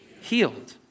Healed